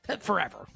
forever